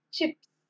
Chips